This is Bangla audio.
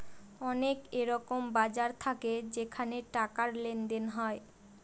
অনেক এরকম বাজার থাকে যেখানে টাকার লেনদেন হয়